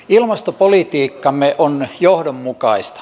ilmastopolitiikkamme on johdonmukaista